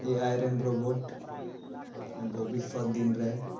ᱮ ᱟᱭ ᱨᱮᱱ ᱨᱳᱵᱳᱴ ᱵᱷᱚᱵᱤᱥᱥᱚᱛ ᱫᱤᱱᱨᱮ